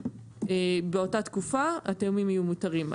באותה תקופה התיאומים יהיו מותרים.